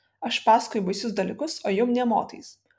aš pasakoju baisius dalykus o jum nė motais